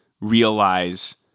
realize